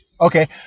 okay